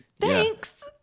Thanks